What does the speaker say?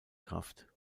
kraft